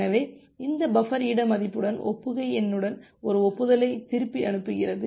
எனவே இந்த பஃபர் இட மதிப்புடன் ஒப்புகை எண்ணுடன் ஒரு ஒப்புதலை திருப்பி அனுப்புகிறது